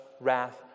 wrath